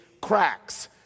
cracks